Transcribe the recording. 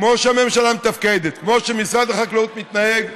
כמו שהממשלה מתפקדת, כמו שמשרד החקלאות מתנהג,